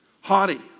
haughty